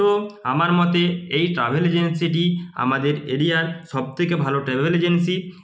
তো আমার মতে এই ট্রাভেল এজেন্সিটি আমাদের এরিয়ার সবথেকে ভালো ট্রাভেল এজেন্সি